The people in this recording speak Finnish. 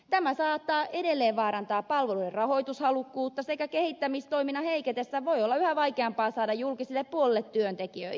tämä saattaa edelleen vaarantaa palveluiden rahoitushalukkuutta ja kehittämistoiminnan heiketessä voi olla yhä vaikeampaa saada julkiselle puolelle työntekijöitä